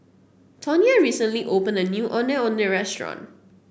Tonya recently opened a new Ondeh Ondeh Restaurant